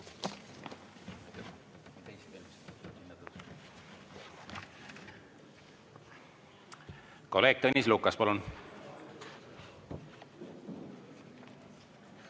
Kolleeg Tõnis Lukas, palun!